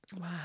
Wow